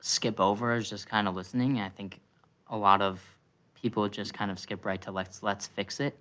skip over was just kind of listening. i think a lot of people just kind of skip right to let's let's fix it,